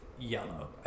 Yellow